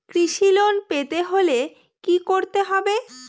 কৃষি লোন পেতে হলে কি করতে হবে?